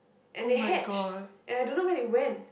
and they hatched and I don't know where they went